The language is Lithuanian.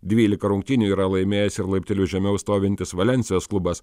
dvylika rungtynių yra laimėjęs ir laipteliu žemiau stovintis valensijos klubas